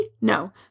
No